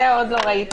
בעד.